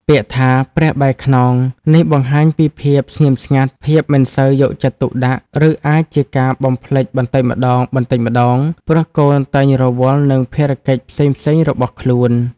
ពាក្យថា "ព្រះបែរខ្នង" នេះបង្ហាញពីភាពស្ងៀមស្ងាត់ ភាពមិនសូវយកចិត្តទុកដាក់ ឬអាចជាការបំភ្លេចបន្តិចម្ដងៗ ព្រោះកូនតែងរវល់នឹងភារកិច្ចផ្សេងៗរបស់ខ្លួន។